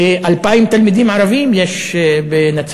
כ-2,000 תלמידים ערבים יש בנצרת-עילית,